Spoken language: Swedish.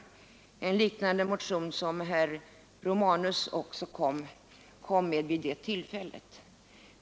Herr Romanus kom också med en liknande motion vid det tillfället.